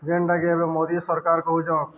ଯେନ୍ଟାକି ଏବେ ମୋଦୀ ସର୍କାର୍ କହୁଚନ୍